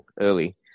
early